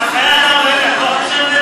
על חיי האדם האלה את לא חושבת?